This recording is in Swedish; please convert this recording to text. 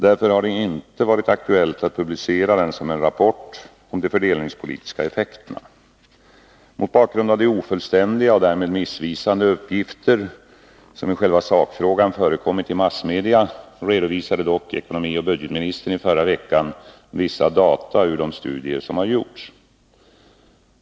Därför har det inte varit aktuellt att publicera den som en rapport om de fördelningspolitiska effekterna. Mot bakgrund av de ofullständiga och därmed missvisande uppgifter som i själva sakfrågan förekommit i massmedia redovisade dock ekonomioch budgetministern i förra veckan vissa data ur de studier som gjorts.